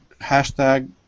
hashtag